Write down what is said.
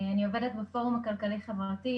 אני עובדת בפורום הכלכלי-חברתי,